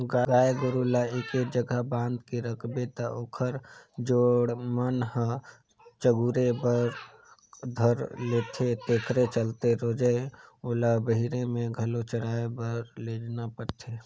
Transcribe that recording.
गाय गोरु ल एके जघा बांध के रखबे त ओखर गोड़ मन ह चगुरे बर धर लेथे तेखरे चलते रोयज ओला बहिरे में घलो चराए बर लेजना परथे